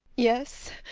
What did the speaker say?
yes,